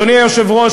אדוני היושב-ראש,